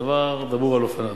דבר דבור על אופניו.